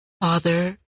Father